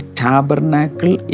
tabernacle